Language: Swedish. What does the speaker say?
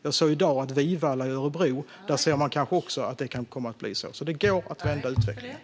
Jag såg i dag att det kan komma att bli så även för Vivalla i Örebro. Det går alltså att vända utvecklingen.